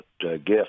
gift